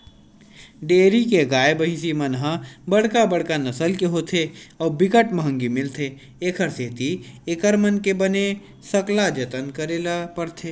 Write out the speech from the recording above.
dairy के गाय, भइसी मन ह बड़का बड़का नसल के होथे अउ बिकट महंगी मिलथे, एखर सेती एकर मन के बने सकला जतन करे ल परथे